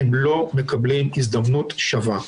הם לא מקבלים הזדמנות שווה.